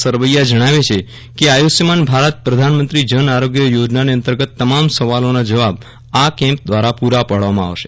સરવૈયા જણાવે છે કે આયુષમાન ભારત પ્રધાનમંત્રી જન આરોગ્ય યોજનાનેઅંતર્ગત તમામ સવાલોના જવાબી આ કેમ્પ દ્વારા પુરા પાડવામાં આવશે